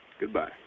Goodbye